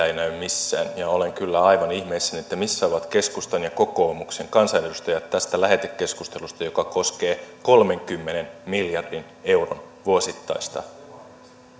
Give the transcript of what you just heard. ei näy missään ja olen kyllä aivan ihmeissäni missä ovat keskustan ja kokoomuksen kansanedustajat tästä lähetekeskustelusta joka koskee kolmenkymmenen miljardin euron vuosittaista